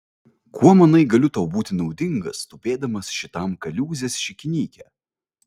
kuo manai galiu tau būti naudingas tupėdamas šitam kaliūzės šikinyke